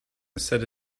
said